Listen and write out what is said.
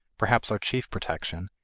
perhaps our chief protection,